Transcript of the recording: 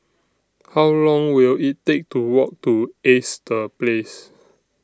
How Long Will IT Take to Walk to Ace The Place